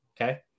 Okay